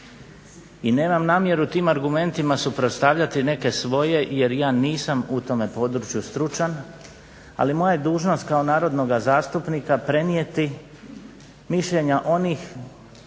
i nemam namjeru tim argumentima suprotstavljati neke svoje jer ja nisam u tome području stručan. Ali moja je dužnost kao narodnoga zastupnika prenijeti mišljenja onih